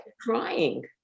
crying